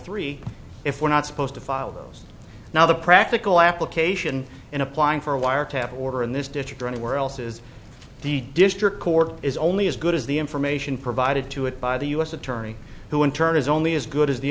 three if we're not supposed to file those now the practical application in applying for a wiretap order in this district or anywhere else is the district court is only as good as the information provided to it by the u s attorney who in turn is only as good as the